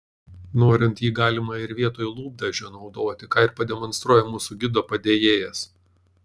norint jį galima ir vietoj lūpdažio naudoti ką ir pademonstruoja mūsų gido padėjėjas